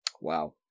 Wow